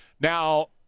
Now